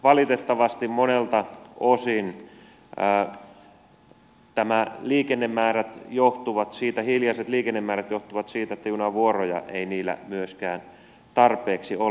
valitettavasti monelta osin nämä hiljaiset liikennemäärät johtuvat siitä että junavuoroja ei niillä myöskään tarpeeksi ole